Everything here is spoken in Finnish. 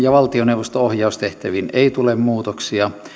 ja valtioneuvoston ohjaustehtäviin ei tule muutoksia